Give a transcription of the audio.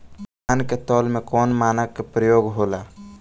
धान के तौल में कवन मानक के प्रयोग हो ला?